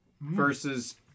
Versus